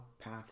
path